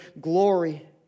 glory